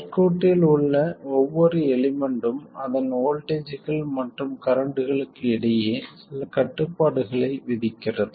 சர்க்யூட்டில் உள்ள ஒவ்வொரு எலிமெண்ட்டும் அதன் வோல்ட்டேஜ்கள் மற்றும் கரண்ட்களுக்கு இடையே சில கட்டுப்பாடுகளை விதிக்கிறது